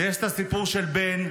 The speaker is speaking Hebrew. ויש הסיפור של בן,